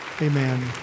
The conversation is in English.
Amen